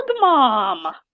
mom